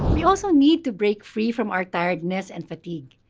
we also need to break-free from our tiredness and fatigue.